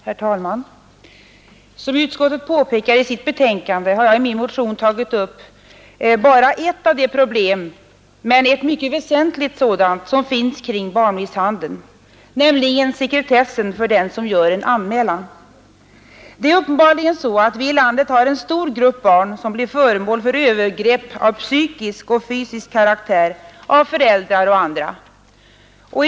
Herr talman! ' Som utskottet påpekar i sitt betänkande har jag i min motion tagit upp bara ett av de problem — men ett mycket väsentligt sådant — som finns kring barnmisshandel, nämligen sekretessen för den som gör en anmälan. Det är uppenbarligen så att vi i låndet har en stor grupp barn som blir föremål för övergrepp av psykisk och fysisk karaktär av föräldrar och andra.